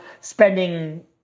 spending